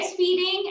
breastfeeding